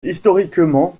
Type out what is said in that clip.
historiquement